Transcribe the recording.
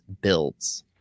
builds